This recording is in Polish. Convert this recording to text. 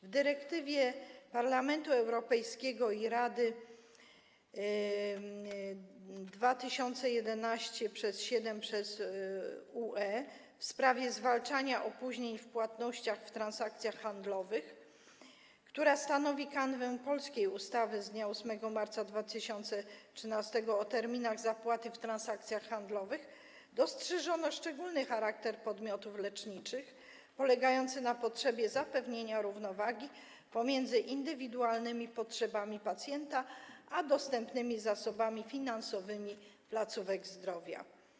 W dyrektywie Parlamentu Europejskiego i Rady 2011/7/UE w sprawie zwalczania opóźnień w płatnościach w transakcjach handlowych, która stanowi kanwę polskiej ustawy z dnia 8 marca 2013 r. o terminach zapłaty w transakcjach handlowych, dostrzeżono szczególny charakter podmiotów leczniczych polegający na potrzebie zapewnienia równowagi pomiędzy indywidualnymi potrzebami pacjenta a dostępnymi zasobami finansowymi placówek zdrowia.